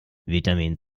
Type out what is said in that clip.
vitamin